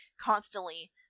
constantly